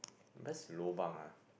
best lobang ah